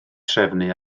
trefnu